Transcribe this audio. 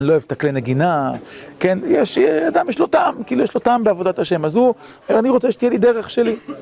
אני לא אוהב את הכלי נגינה, כן, יש אדם, יש לו טעם, כאילו יש לו טעם בעבודת השם, אז הוא, אני רוצה שתהיה לי דרך שלי.